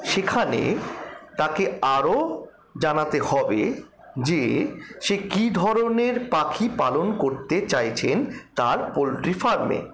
সেখানে তাকে আরো জানাতে হবে যে সে কী ধরনের পাখি পালন করতে চাইছেন তার পোলট্রি ফার্মে